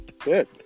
Good